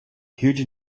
huge